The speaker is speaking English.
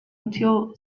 until